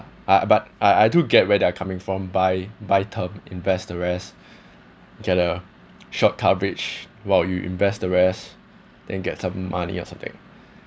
ah but I I do get where they're coming from buy buy term invest the rest get a short coverage while you invest the rest then get some money or something